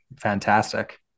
fantastic